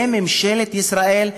זה ממשלת ישראל,